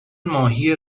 ماهی